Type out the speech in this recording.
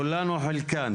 כולן או חלקן".